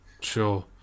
Sure